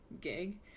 gig